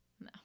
no